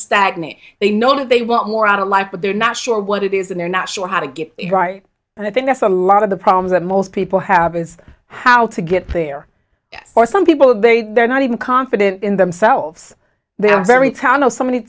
stagnant they know do they want more out of life but they're not sure what it is and they're not sure how to get it right and i think that's a lot of the problems that most people have is how to get there for some people that they they're not even confident in themselves they're very talented so many